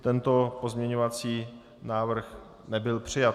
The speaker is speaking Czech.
Tento pozměňovací návrh nebyl přijat.